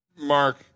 Mark